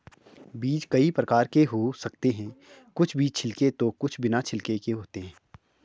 बीज कई प्रकार के हो सकते हैं कुछ बीज छिलके तो कुछ बिना छिलके के होते हैं